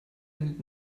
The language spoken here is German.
endet